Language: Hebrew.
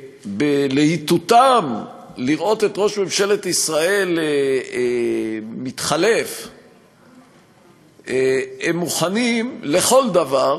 ושבלהיטותם לראות את ראש ממשלת ישראל מתחלף הם מוכנים לכל דבר